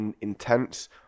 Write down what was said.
intense